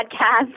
podcast